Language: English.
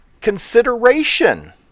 consideration